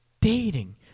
dating